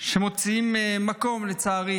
שלצערי